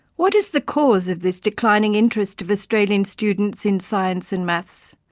what is the cause of this declining interest of australian students in science and maths?